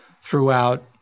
throughout